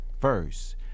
first